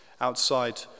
outside